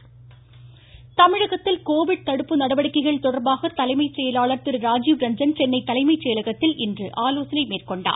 ராஜ்வ் ரஞ்சன் தமிழகத்தில் கோவிட் தடுப்பு நடவடிக்கைகள் தொடர்பாக தலைமை செயலாளர் திருராஜீவ் ரஞ்சன் சென்னை தலைமை செயலகத்தில் இன்று ஆலோசனை மேற்கொண்டார்